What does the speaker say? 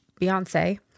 Beyonce